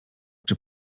czy